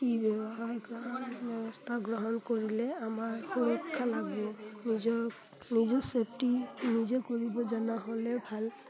ই ব্যৱস্থা গ্ৰহণ কৰিলে আমাৰ সুৰক্ষা নিজৰ নিজৰ চেফটি নিজে কৰিব জনা হ'লে ভাল